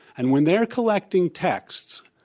and when they're collecting texts,